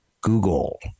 Google